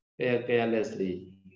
carelessly